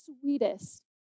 sweetest